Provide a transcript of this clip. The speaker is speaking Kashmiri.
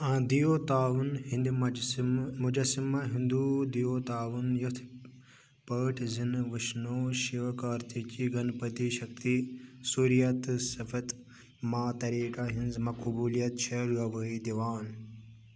آ دِیوتاوَن ہِنٛدِ مَجٕسمہٕ مُجَسِمَہ ہِنٛدوٗ دِیوتاون یَتھ پٲٹھۍ زِنہٕ وِشنوٗ شِوٕ کارتیٖکی گَنپٔتی شکتی سوٗریَہ تہٕ سِپھَت ماتَریکا ہٕنٛز مَقٕبولیت چھےٚ گوٲہی دِوان